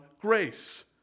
grace